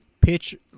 pitch